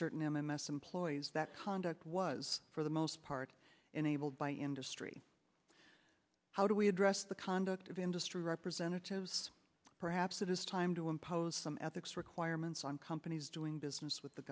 certain m m s employees that conduct was for the most part enabled by industry how do we address the conduct of industry representatives perhaps it is time to impose some ethics requirements on companies doing business with the